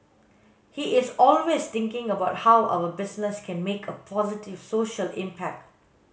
he is always thinking about how our business can make a positive social impact